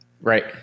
Right